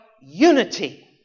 unity